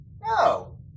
No